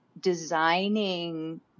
designing